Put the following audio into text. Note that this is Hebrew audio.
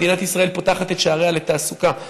"מדינת ישראל פותחת את שעריה לתעסוקה",